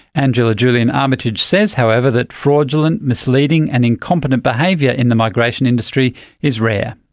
angela julian-armitage says, however, that fraudulent, misleading and incompetent behaviour in the migration industry is rare.